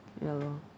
ya lor